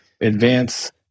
advance